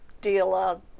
dealer